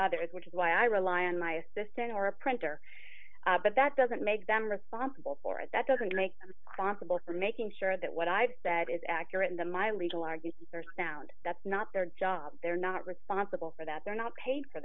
other is which is why i rely on my assistant or a printer but that doesn't make them responsible for it that doesn't make them constable for making sure that what i've said is accurate and then my legal arguments are sound that's not their job they're not responsible for that they're not paid for